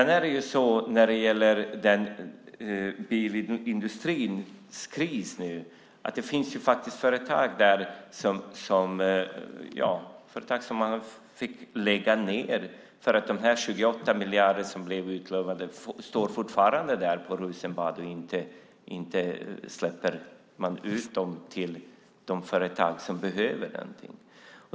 När det gäller krisen i bilindustrin finns det faktiskt företag där som man har fått lägga ned för att de 28 miljarder som blev utlovade fortfarande finns på Rosenbad. Man släpper inte ut dem till de företag som behöver dem.